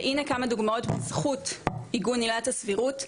והנה כמה דוגמאות בזכות עיגון עילת הסבירות.